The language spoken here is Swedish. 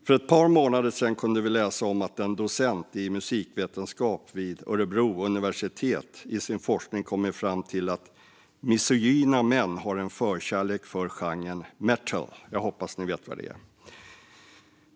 För ett par månader sedan kunde vi läsa om att en docent i musikvetenskap vid Örebro universitet i sin forskning kommit fram till att misogyna män har en förkärlek för genren metal - jag hoppas att ni vet vad det är.